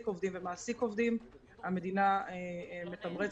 עובדים ומעסיק עובדים המדינה מתמרצת